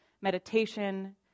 meditation